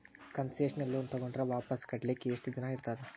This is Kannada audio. ಕನ್ಸೆಸ್ನಲ್ ಲೊನ್ ತಗೊಂಡ್ರ್ ವಾಪಸ್ ಕಟ್ಲಿಕ್ಕೆ ಯೆಷ್ಟ್ ದಿನಾ ಇರ್ತದ?